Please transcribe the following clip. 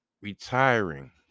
retiring